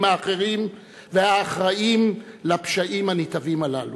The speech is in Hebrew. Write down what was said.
האחרים והאחראים לפשעים הנתעבים הללו.